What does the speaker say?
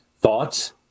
thoughts